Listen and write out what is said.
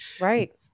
Right